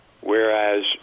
whereas